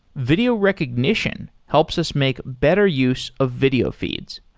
video recognition helps us make better use of video feeds.